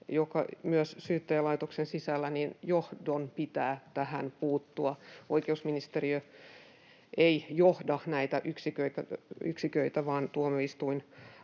ja myös Syyttäjälaitoksen sisällä johdon tähän puuttua. Oikeusministeriö ei johda näitä yksiköitä, vaan tuomioistuinlaitoshan